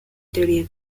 teoría